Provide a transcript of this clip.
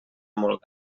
molt